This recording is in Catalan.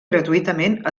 gratuïtament